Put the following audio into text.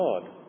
God